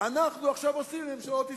אנחנו עכשיו עושים לממשלות ישראל.